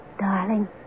darling